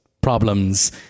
problems